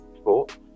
sport